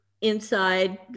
inside